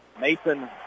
Mason